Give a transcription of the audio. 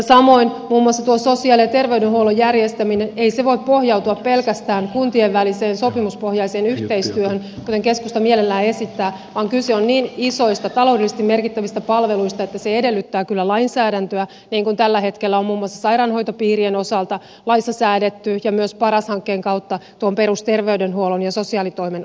samoin muun muassa tuo sosiaali ja terveydenhuollon järjestäminen ei voi pohjautua pelkästään kuntien väliseen sopimuspohjaiseen yhteistyöhön kuten keskusta mielellään esittää vaan kyse on niin isoista taloudellisesti merkittävistä palveluista että ne edellyttävät kyllä lainsäädäntöä niin kuin tällä hetkellä on muun muassa sairaanhoitopiirien osalta laissa säädetty ja myös paras hankkeen kautta tuon perusterveydenhuollon ja sosiaalitoimen osalta